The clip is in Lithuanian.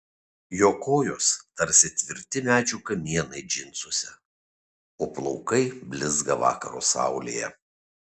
jo kojos tarsi tvirti medžio kamienai džinsuose o plaukai blizga vakaro saulėje